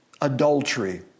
adultery